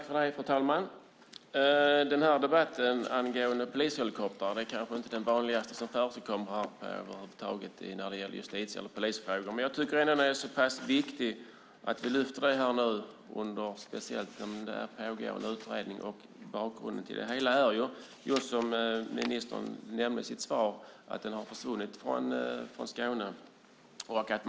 Fru talman! Denna debatt om polishelikoptrar är kanske inte den vanligast förekommande när det gäller justitie eller polisfrågor över huvud taget. Men jag tycker att det är så pass viktigt att lyfta fram frågan nu, speciellt som det pågår en utredning. Som ministern nämnt i sitt svar är bakgrunden att helikopterverksamheten i Skåne har försvunnit.